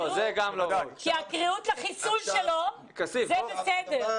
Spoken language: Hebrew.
כי הקריאות לחיסול שלו זה בסדר.